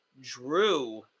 Drew